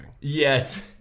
Yes